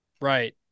right